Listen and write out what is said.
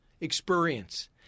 experience